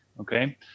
Okay